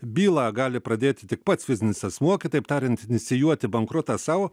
bylą gali pradėti tik pats fizinis asmuo kitaip tariant inicijuoti bankrotą sau